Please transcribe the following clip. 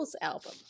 album